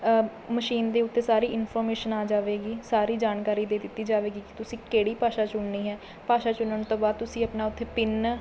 machine ਦੇ ਉੱਤੇ ਸਾਰੀ ਇੰਨਫ਼ੋਮੇਸ਼ਨ ਆ ਜਾਵੇਗੀ ਸਾਰੀ ਜਾਣਕਾਰੀ ਦੇ ਦਿੱਤੀ ਜਾਵੇਗੀ ਕਿ ਤੁਸੀਂ ਕਿਹੜੀ ਭਾਸ਼ਾ ਚੁਣਨੀ ਹੈ ਭਾਸ਼ਾ ਚੁਣਨ ਤੋਂ ਬਾਅਦ ਤੁਸੀਂ ਆਪਣਾ ਉੱਥੇ ਪਿੰਨ